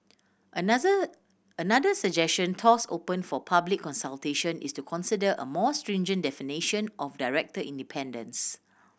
another another suggestion toss open for public consultation is to consider a more stringent definition of director independence